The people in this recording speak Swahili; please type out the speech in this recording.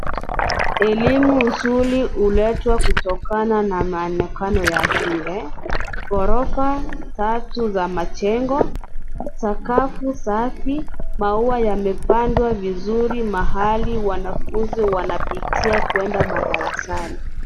Elimu nzuri huletwa kutokana na maonekano ya shule ghorofa tatu za majengo, sakafu safi maua yamepandwa vizuri mahali wanafunzi wanapitia kwenda madarasani.